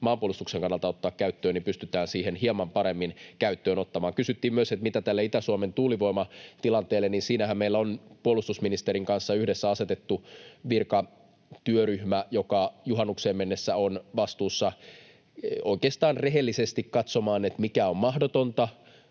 maanpuolustuksen kannalta ottaa käyttöön, pystytään siihen hieman paremmin käyttöön ottamaan. Kysyttiin myös, mitä kuuluu tälle Itä-Suomen tuulivoimatilanteelle. Siinähän meillä on puolustusministerin kanssa yhdessä asetettu virkatyöryhmä, joka juhannukseen mennessä on vastuussa oikeastaan rehellisesti katsomaan, mikä on mahdotonta